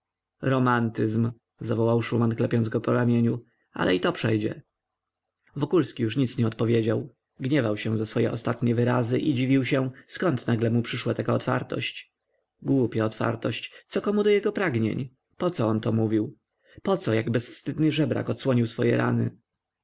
romantyzm zawołał szuman klepiąc go po ramieniu ale i to przejdzie wokulski już nic nie odpowiedział gniewał się za swoje ostatnie wyrazy i dziwił się zkąd nagle przyszła mu taka otwartość głupia otwartość co komu do jego pragnień poco on to mówił poco jak bezwstydny żebrak odsłonił swoje rany